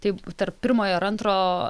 taip tarp pirmo ir antro